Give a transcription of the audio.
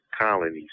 colonies